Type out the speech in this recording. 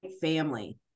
family